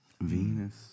Venus